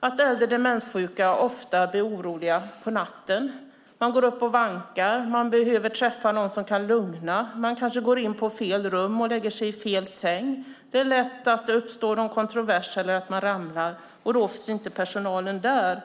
vet att äldre demenssjuka ofta blir oroliga på natten. Man går upp och vankar. Man behöver träffa någon som kan lugna. Man kanske går in på fel rum och lägger sig i fel säng. Det är lätt att det uppstår någon kontrovers eller att man ramlar, och då finns inte personalen där.